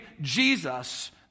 Jesus